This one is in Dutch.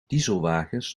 dieselwagens